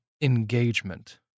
engagement